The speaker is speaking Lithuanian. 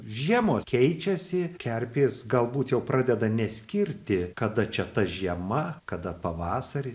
žiemo keičiasi kerpės galbūt jau pradeda neskirti kada čia ta žiema kada pavasaris